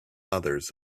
others